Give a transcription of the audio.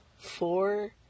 Four